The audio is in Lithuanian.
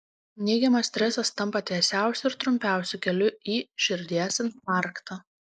neigiamas stresas tampa tiesiausiu ir trumpiausiu keliu į širdies infarktą